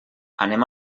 anem